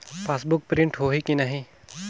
Passbook print होही कि नहीं?